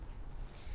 mm okay